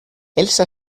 elsa